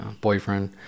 Boyfriend